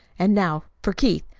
and now for keith!